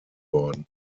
worden